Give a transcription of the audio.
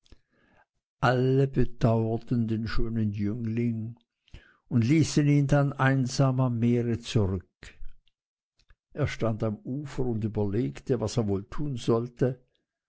alle bedauerten den schönen jüngling und ließen ihn dann einsam am meere zurück er stand am ufer und überlegte was er wohl tun sollte